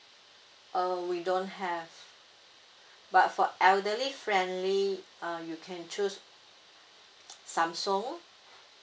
uh we don't have but for elderly friendly uh you can choose Samsung